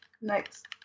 next